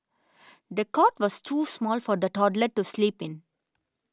the cot was too small for the toddler to sleep in